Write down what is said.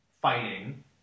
Fighting